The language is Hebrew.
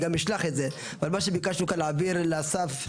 להעביר לאסף,